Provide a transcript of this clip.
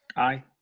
aye.